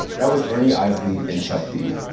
that was ernie isley and chuck d.